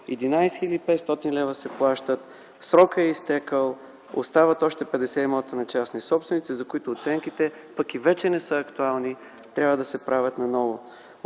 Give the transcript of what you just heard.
500 лв. се плащат, срокът е изтекъл, остават още 50 имота на частни собственици, за които оценките вече не са актуални и трябва да се правят наново.